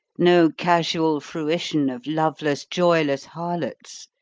no casual fruition of loveless, joyless harlots,